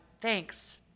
thanks